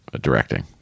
directing